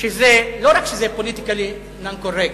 שלא רק שזה פוליטיקלי נון-קורקט,